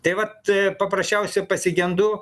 tai vat paprasčiausiai pasigendu